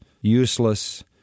useless